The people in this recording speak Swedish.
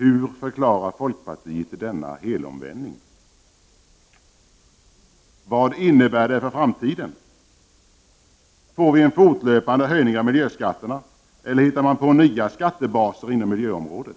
Hur förklarar folkpartiet denna helomvändning? Vad innebär det för framtiden? Får vi en fortlöpande höjning av miljöskatterna, eller hittar man på nya skattebaser inom miljöområdet?